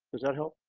does that help?